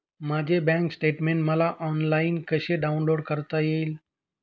माझे bank statement मला online कसे डाउनलोड करता येईल?